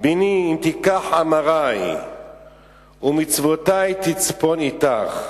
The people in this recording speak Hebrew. "בני אם תקח אמרי ומצותי תצפן אתך.